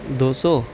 دو سو